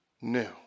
new